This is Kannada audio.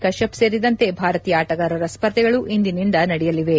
ಕಶ್ಲಪ್ ಸೇರಿದಂತೆ ಭಾರತೀಯ ಆಟಗಾರರ ಸ್ಪರ್ಧೆಗಳು ಇಂದಿನಿಂದ ನಡೆಯಲಿವೆ